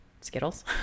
Skittles